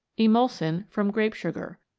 emulsin, from grape sugar.